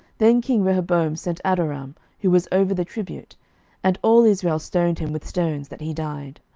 then king rehoboam sent adoram, who was over the tribute and all israel stoned him with stones, that he died.